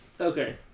Okay